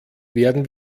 werden